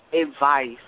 advice